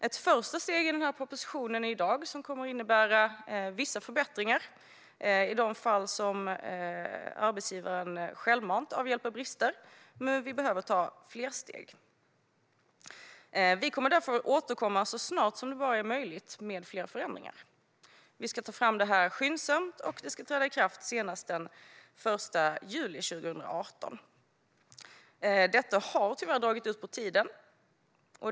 Ett första steg är denna proposition, som kommer att innebära vissa förbättringar i de fall då arbetsgivaren självmant avhjälper brister. Vi behöver dock ta fler steg, och vi kommer därför att så snart som möjligt återkomma med fler förändringar. Vi ska ta fram detta skyndsamt, och det ska träda i kraft senast den 1 juli 2018. Detta har tyvärr dragit ut på tiden.